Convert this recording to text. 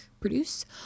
produce